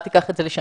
אל תיקח את זה לשם.